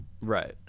right